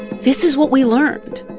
this is what we learned.